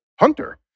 hunter